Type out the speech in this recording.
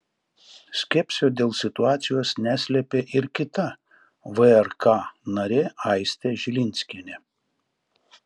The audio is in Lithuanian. skepsio dėl situacijos neslėpė ir kita vrk narė aistė žilinskienė